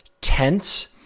tense